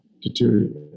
deteriorate